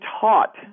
taught